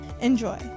Enjoy